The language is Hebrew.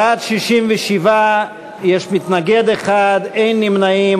בעד, 67, מתנגד אחד, אין נמנעים.